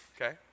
Okay